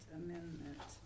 amendment